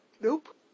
Nope